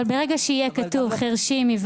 להלן תרגומם:( אבל ברגע שיהיה כתוב חירשים-עיוורים,